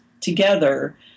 together